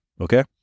okay